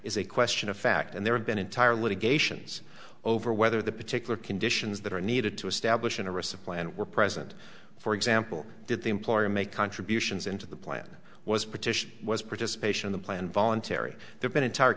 is a question of fact and there have been entire litigations over whether the particular conditions that are needed to establish in a recent plan were present for example did the employer make contributions into the plan was partition was participation in the plan voluntary there's been entire